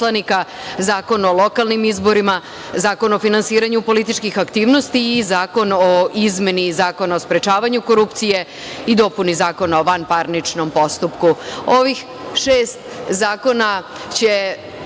Zakon o lokalnim izborima, Zakon o finansiranju političkih aktivnosti i zakon o izmeni Zakona o sprečavanju korupcije i dopuni Zakona o vanparničnom postupku. Ovih šest zakona će